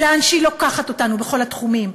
ולאן שהיא לוקחת אותנו בכל התחומים,